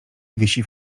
wisi